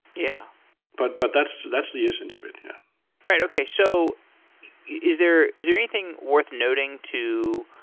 yeah but but that's that's the essence of it, yeah right. okay. so is there is there anything worth noting to